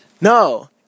No